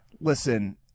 Listen